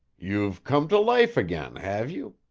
you've come to life again, have you.